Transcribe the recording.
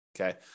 Okay